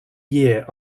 year